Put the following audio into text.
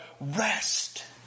rest